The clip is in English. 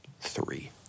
three